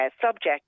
subject